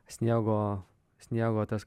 sniego sniego tas